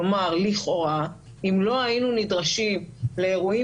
כלומר לכאורה אם לא היינו נדרשים לאירועים